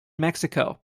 mexico